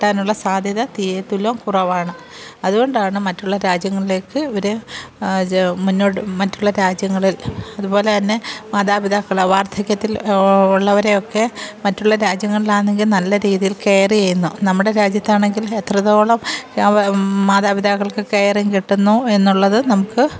കിട്ടാനുള്ള സാധ്യത തീരെ തുലോം കുറവാണ് അതുകൊണ്ടാണ് മറ്റുള്ള രാജ്യങ്ങളിലേക്ക് ഇവർ മുന്നോട്ട് മറ്റുള്ള രാജ്യങ്ങളിൽ അതുപോലെ തന്നെ മാതാപിതാക്കൾ വാർധക്യത്തിൽ ഉള്ളവരെയൊക്കെ മറ്റുള്ള രാജ്യങ്ങളിലാണെങ്കിൽ നല്ല രീതിയിൽ കെയർ ചെയ്യുന്നു നമ്മുടെ രാജ്യത്താണെങ്കിൽ എത്രത്തോളം മാതാപിതാക്കൾക്ക് കെയറിങ് കിട്ടുന്നു എന്നുള്ളത് നമുക്ക്